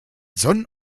sonn